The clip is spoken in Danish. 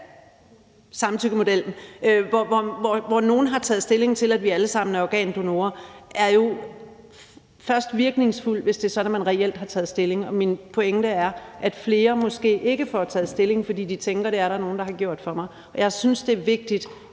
samtykke, hvor nogle har taget stilling til, at vi alle sammen er organdonorer, er jo først virkningsfuld, hvis man reelt har taget stilling, og min pointe er, at flere måske ikke får taget stilling, fordi de tænker, at det er der nogen, der har gjort for dem. Og jeg synes, det er vigtigt,